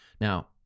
Now